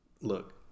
Look